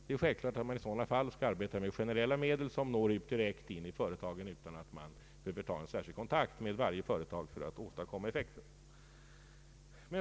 Det är självklart att man i sådana fall skall arbeta med generella medel som når direkt in i företagen utan att man behöver ta en särskild kontakt med varje företag för att åstadkomma effekt.